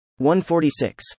146